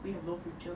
we have no future